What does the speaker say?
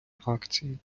акції